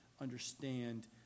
understand